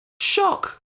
Shock